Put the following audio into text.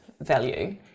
value